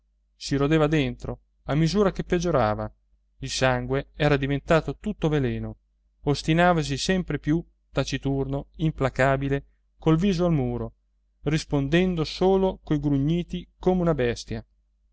si rodeva dentro a misura che peggiorava il sangue era diventato tutto un veleno ostinavasi sempre più taciturno implacabile col viso al muro rispondendo solo coi grugniti come una bestia